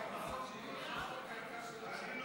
שלוש דקות לרשותך, אדוני, בבקשה.